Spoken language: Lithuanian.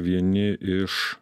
vieni iš